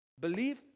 Believe